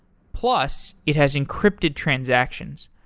plus, it has encrypted transactions.